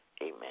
Amen